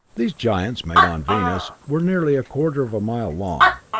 these giants, made on venus, were nearly a quarter of a mile long,